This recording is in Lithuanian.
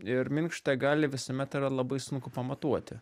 ir minkštą galią visuomet yra labai sunku pamatuoti